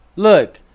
Look